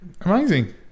Amazing